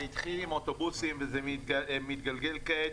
זה התחיל עם אוטובוסים וזה מתגלגל כעת